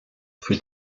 für